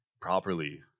properly